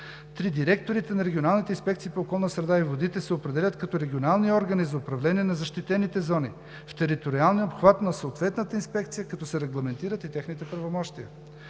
3. Директорите на регионалните инспекции по околната среда и водите се определят като регионални органи за управление на защитените зони в териториалния обхват на съответната инспекция, като се регламентират и техните правомощия.